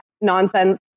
nonsense